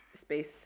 space